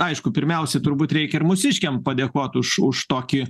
aišku pirmiausia turbūt reikia ir mūsiškiam padėkot už už tokį